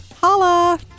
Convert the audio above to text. holla